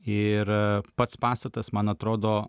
ir pats pastatas man atrodo